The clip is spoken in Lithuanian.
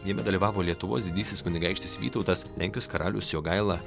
jame dalyvavo lietuvos didysis kunigaikštis vytautas lenkijos karalius jogaila